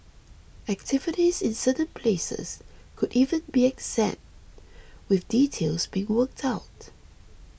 activities in certain places could even be exempt with details being worked out